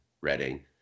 Reading